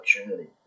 opportunity